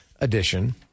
edition